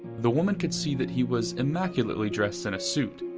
the woman could see that he was immaculately dressed in a suit,